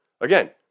again